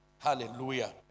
Hallelujah